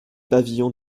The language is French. pavillon